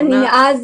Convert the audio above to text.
אני לא הכרתי